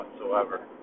whatsoever